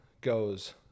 goes